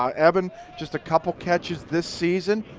ah evan just a couple of catches this season.